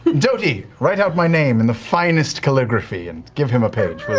doty, write out my name in the finest calligraphy and give him a page.